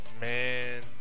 Man